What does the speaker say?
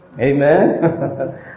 Amen